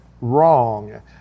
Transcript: wrong